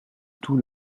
tout